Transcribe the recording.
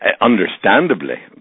understandably